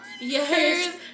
Yes